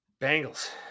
Bengals